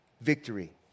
victory